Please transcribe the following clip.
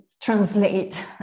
translate